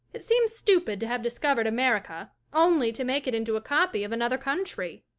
it seems stupid to have discovered america only to make it into a copy of another country.